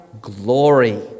glory